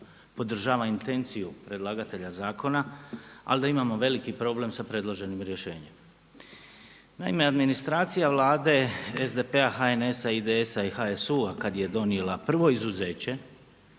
podržava intenciju predlagatelja zakona, ali da imamo veliki problem sa predloženim rješenjem. Naime, administracija Vlade SDP-a, HNS-a, IDS-a i HSU-a kada je donijela prvo izuzeće